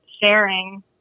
sharing